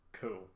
Cool